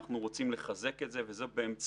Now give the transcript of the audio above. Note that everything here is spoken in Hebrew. ואנחנו רוצים לחזק את זה באמצעות